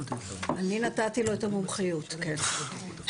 אני נתתי לו את המומחיות, כן.